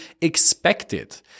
expected